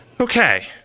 Okay